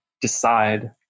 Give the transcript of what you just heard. decide